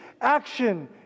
action